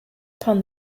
upon